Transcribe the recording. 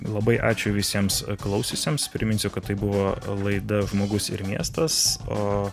labai ačiū visiems klausiusiems priminsiu kad tai buvo laida žmogus ir miestas o